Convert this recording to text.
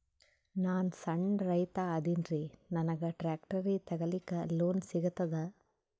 ನಾನ್ ಸಣ್ ರೈತ ಅದೇನೀರಿ ನನಗ ಟ್ಟ್ರ್ಯಾಕ್ಟರಿ ತಗಲಿಕ ಲೋನ್ ಸಿಗತದ?